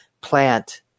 plant